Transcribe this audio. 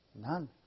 None